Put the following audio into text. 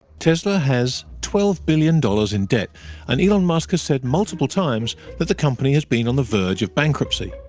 tesla has twelve billion dollars in debt and elon musk has said multiple times that the company has been on the verge of bankruptcy.